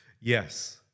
Yes